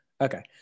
okay